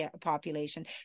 population